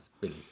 Billy